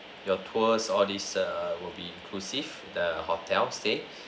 your tours all these err will be inclusive the hotel stay